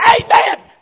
Amen